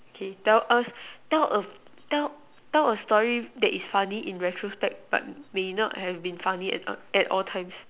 okay tell us tell a tell tell a story that is funny in retrospect but may not have been funny at all at all times